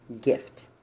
gift